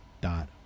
dot